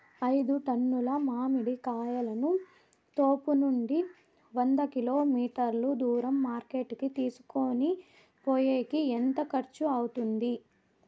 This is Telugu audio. ఐదు టన్నుల మామిడి కాయలను తోపునుండి వంద కిలోమీటర్లు దూరం మార్కెట్ కి తీసుకొనిపోయేకి ఎంత ఖర్చు అవుతుంది?